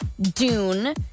Dune